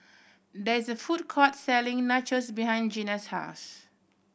there is a food court selling Nachos behind Gena's house